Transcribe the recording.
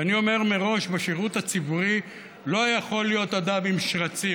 ואני אומר מראש: בשירות הציבורי לא יכול להיות אדם עם שרצים.